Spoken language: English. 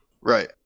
Right